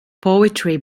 poetry